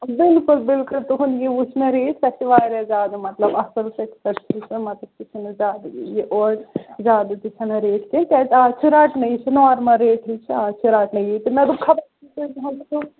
بِلکُل بِلکُل تُہُٛد یہِ وُچھ مےٚ ریٹ سۄ چھِ واریاہ زیادٕ مَطلَب اصل فِکسِڈ چھِ سۄ مَطلَب سۄ چھَ نہٕ زیادٕ اورٕ زیادٕ تہِ چھَ نہٕ ریٹ کینٛہہ کیاز آز چھِ رَٹنے نارمل ریٹ چھِ آز چھِ رَٹنے یہِ مےٚ دوٚپ خَبَر